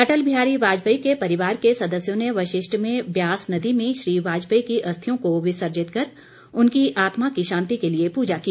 अटल बिहारी वाजपेयी के परिवार के सदस्यों ने वशिष्ठ में ब्यास नदी में श्री वाजपेयी की अस्थियों को विसर्जित कर उनकी आत्मा की शांति के लिए पूजा की